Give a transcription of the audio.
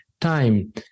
time